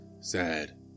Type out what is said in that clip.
sad